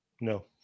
no